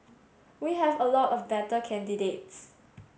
we have a lot of better candidates